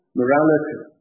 morality